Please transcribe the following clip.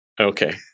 Okay